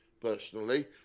Personally